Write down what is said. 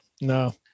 No